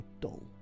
dull